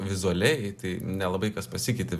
vizualiai tai nelabai kas pasikeitė